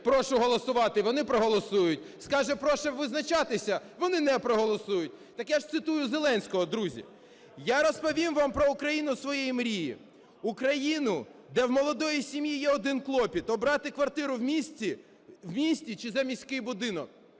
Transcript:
"прошу голосувати" – вони проголосують. Скаже "прошу визначатися" – вони не проголосують. Так як ж цитую Зеленського, друзі: "Я розповім вам про Україну своєї мрії. Україну, де в молодої сім'ї є один клопіт: обрати квартиру в місті чи заміський будинок".